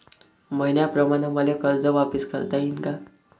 मईन्याप्रमाणं मले कर्ज वापिस करता येईन का?